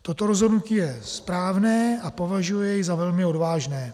Toto rozhodnutí je správné a považuji jej za velmi odvážné.